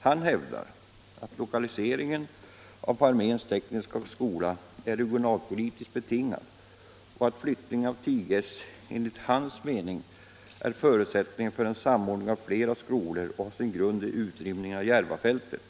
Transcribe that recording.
Han hävdar att lokaliseringen av arméns tekniska skola är regionalpolitiskt betingad och att flyttningen av TygS, som enligt hans mening är förutsättningen för en samordning av flera skolor, har sin grund i utrymningen av Järvafältet.